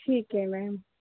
ਠੀਕ ਹੈ ਮੈਮ